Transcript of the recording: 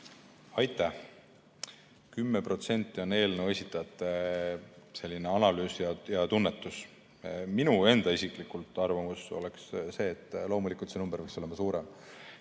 Aitäh! See 10% on eelnõu esitajate analüüs ja tunnetus. Minu enda isiklik arvamus oleks see, et loomulikult see number peaks olema suurem.